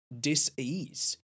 dis-ease